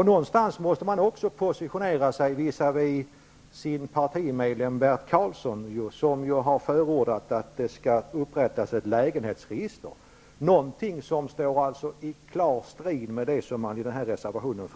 På något vis måste Ny demokrati också positionera sig visavi partimedlemmen Bert Karlsson, som ju har förordat att det skall upprättas ett lägenhetsregister. Det står ju i klar strid med det som förs fram i reservationen.